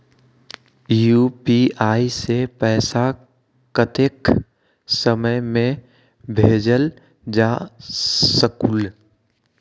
UPI से पैसा कतेक समय मे भेजल जा स्कूल?